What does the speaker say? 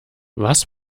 was